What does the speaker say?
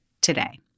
today